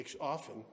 often